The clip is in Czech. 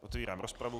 Otevírám rozpravu.